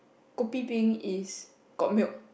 kopi peng is got milk